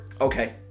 Okay